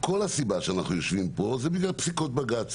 כל הסיבה שאנחנו יושבים פה זה בגלל פסיקות בג"ץ